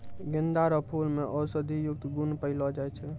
गेंदा रो फूल मे औषधियुक्त गुण पयलो जाय छै